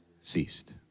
ceased